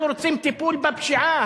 אנחנו רוצים טיפול בפשיעה.